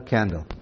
Candle